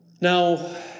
Now